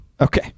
Okay